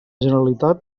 generalitat